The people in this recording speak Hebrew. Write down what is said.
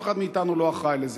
אף אחד מאתנו לא אחראי לזה.